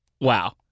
wow